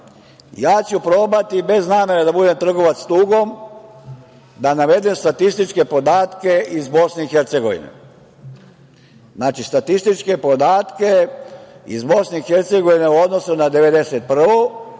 Ja ću probati bez namere da budem trgovac tugom da navedem statističke podatke iz Bosne i Hercegovine. Znači, statističke podatke iz Bosne i Hercegovine u odnosu na 1991.